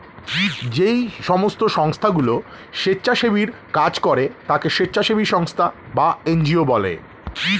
যেই সমস্ত সংস্থাগুলো স্বেচ্ছাসেবীর কাজ করে তাকে স্বেচ্ছাসেবী সংস্থা বা এন জি ও বলে